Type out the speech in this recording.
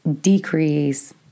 decrease